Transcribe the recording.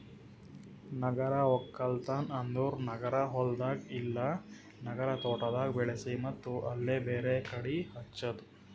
ನಗರ ಒಕ್ಕಲ್ತನ್ ಅಂದುರ್ ನಗರ ಹೊಲ್ದಾಗ್ ಇಲ್ಲಾ ನಗರ ತೋಟದಾಗ್ ಬೆಳಿಸಿ ಮತ್ತ್ ಅಲ್ಲೇ ಬೇರೆ ಕಡಿ ಹಚ್ಚದು